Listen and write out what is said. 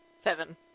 Seven